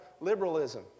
liberalism